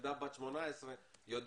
ילדה בת 18 יודעת,